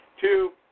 Two